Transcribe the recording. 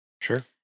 Sure